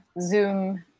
Zoom